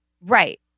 right